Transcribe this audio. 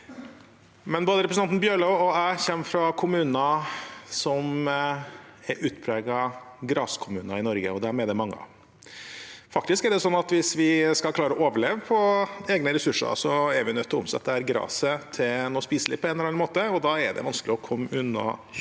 jeg. Både representanten Bjørlo og jeg kommer fra kommuner som er utpregede graskommuner i Norge, og de er det mange av. Faktisk er det sånn at hvis vi skal klare å overleve på egne ressurser, er vi nødt til å omsette graset til noe spiselig på en eller annen måte, og da er det vanskelig å komme unna kjøtt